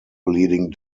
leading